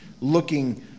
looking